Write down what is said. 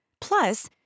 Plus